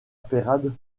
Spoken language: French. peyrade